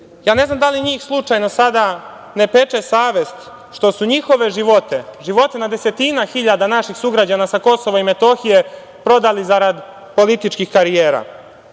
ne znam da li njih slučajno sada ne peče savest što su njihove živote, živote na desetine hiljada naših sugrađana sa KiM, prodali zarad političkih karijera?